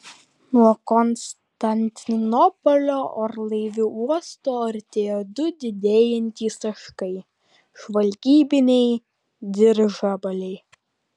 nuo konstantinopolio orlaivių uosto artėjo du didėjantys taškai žvalgybiniai dirižabliai